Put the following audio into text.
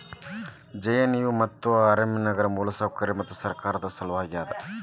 JNNU ಮತ್ತು RM ನಗರ ಮೂಲಸೌಕರ್ಯಕ್ಕ ಮತ್ತು ಸರ್ಕಾರದ್ ಸಲವಾಗಿ ಅದ